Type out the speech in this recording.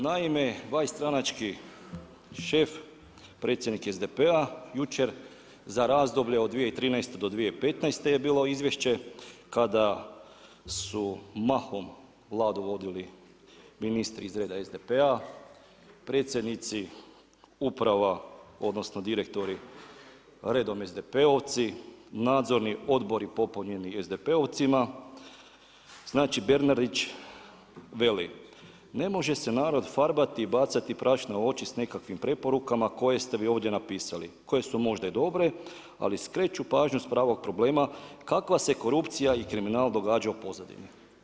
Naime, vaš stranački šef, predsjednik SDP-a jučer za razdoblje od 2013. do 2015. je bilo izvješće kada su mahom Vladu vodili ministri iz reda SDP-a, predsjednici uprava odnosno direktori redom SDP-ovci, nadzorni odbori popunjeni SDP-ovcima, znači Bernardić veli ne može se narod farbati i bacati prašina u oči sa nekakvim preporukama koje ste vi ovdje napisali, koje su možda i dobre ali skreću pažnju s pravog problema, kakva se korupcija i kriminal događa u pozadini.